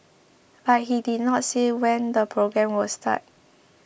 but he did not say when the programme would start